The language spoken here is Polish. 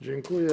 Dziękuję.